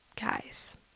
guys